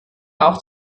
auch